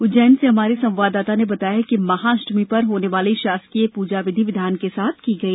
उज्जैन से हमारे संवाददाता ने बताया है कि महाअष्टमी पर होने वाली शासकीय पूजा विधि विधान के साथ की गई